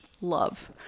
love